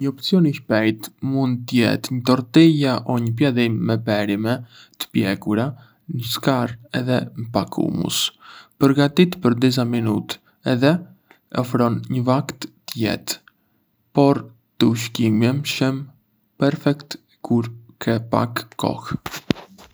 Një opsion i shpejtë mund të jetë një tortilla o një piadinë me perime të pjekura në skarë edhe pak hummus. Përgatitet për disa minuta edhe ofron një vakt të lehtë, por të ushqyeshëm, perfekt kur ke pak kohë.